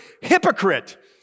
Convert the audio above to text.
hypocrite